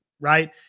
right